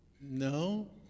No